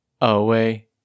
away